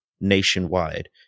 nationwide